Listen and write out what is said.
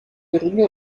geringe